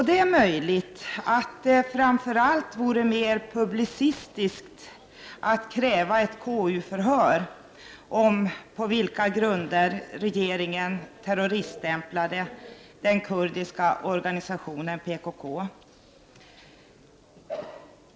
Det är möjligt att det framför allt vore mer publicistiskt att kräva ett KU-förhör om på vilka grunder regeringen terroriststämplade den kurdiska organisationen PKK.